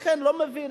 לכן אני לא מבין,